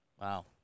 Wow